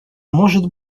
может